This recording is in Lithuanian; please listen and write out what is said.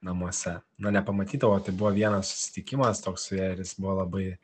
namuose na nepamatydavau o tai buvo vienas susitikimas toks su ja ir jis buvo labai